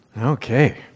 Okay